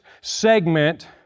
segment